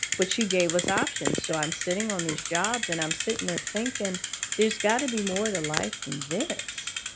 but she gave us options. so i'm sitting on these jobs and i'm sitting there thinking there's gotta be more to life than this.